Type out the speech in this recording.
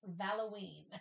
Halloween